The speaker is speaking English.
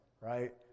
right